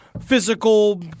physical